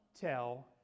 tell